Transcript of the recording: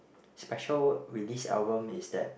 special release album is that